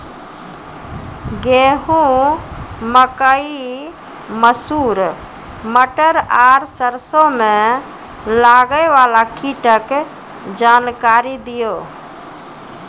गेहूँ, मकई, मसूर, मटर आर सरसों मे लागै वाला कीटक जानकरी दियो?